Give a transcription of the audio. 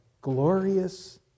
glorious